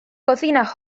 cocina